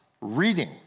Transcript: reading